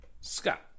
Scott